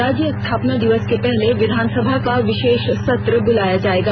राज्य स्थापना दिवस के पहले विधानसभा का विशेष सत्र बुलाया जाएगा